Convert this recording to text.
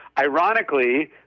Ironically